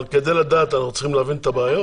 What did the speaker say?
אבל כדי לדעת אנחנו צריכים להבין את הבעיות?